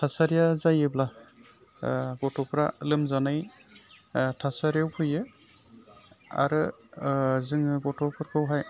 थासारिया जायोब्ला गथ'फ्रा लोमजानाय थासारियाव फैयो आरो जोङो गथ'फोरखौहाय